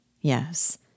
Yes